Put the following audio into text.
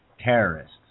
terrorists